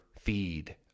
feed